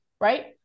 right